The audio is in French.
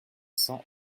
cents